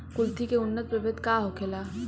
कुलथी के उन्नत प्रभेद का होखेला?